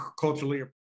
culturally